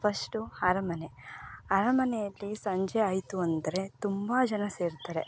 first ಅರಮನೆ ಅರಮನೆ ಅಲ್ಲಿ ಸಂಜೆ ಆಯಿತು ಅಂದರೆ ತುಂಬ ಜನ ಸೇರ್ತಾರೆ